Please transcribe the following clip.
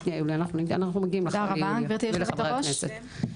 הנשים, בבקשה.